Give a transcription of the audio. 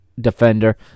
defender